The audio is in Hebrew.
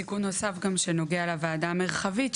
תיקון אחד שנוגע לוועדה המרחבית,